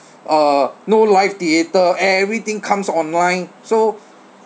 uh no live theatre everything comes online so